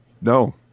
No